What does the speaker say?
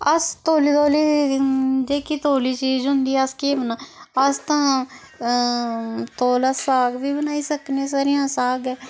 अस तौले तौले जेह्की तौली चीज होंदी अस केह् बना अस तां तौले साग बी बनाई सकने सरे'आं साग गै